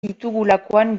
ditugulakoan